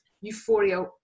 euphoria